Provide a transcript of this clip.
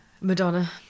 Madonna